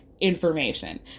Information